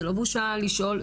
זה לא בושה לשאול,